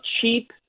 cheap